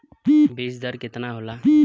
बीज दर केतना होला?